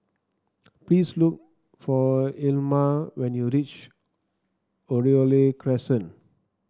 please look for Ilma when you reach Oriole Crescent